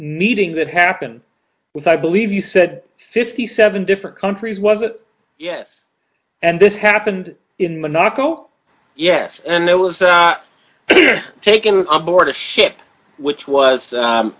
meeting that happened with i believe you said fifty seven different countries was it yes and this happened in the narco yes and it was taken on board a ship which was